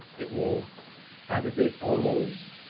it will aggregate all those.